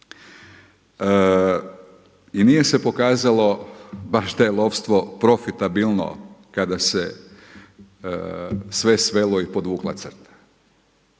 I nije se pokazalo baš da je lovstvo profitabilno kada se sve svelo i podvukla crta.